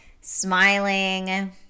smiling